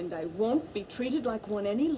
and i won't be treated like one any